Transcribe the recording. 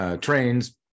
trains